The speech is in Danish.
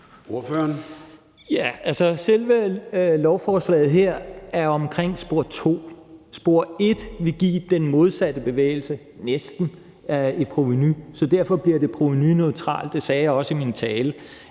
selve lovforslaget her handler om spor to. Spor et vil næsten give den modsatte bevægelse i provenu, så derfor bliver det provenuneutralt, og det sagde jeg også i min tale.